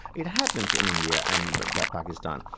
it happens in india and but pakistan.